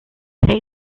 hate